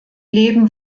leben